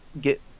get